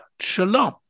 shalom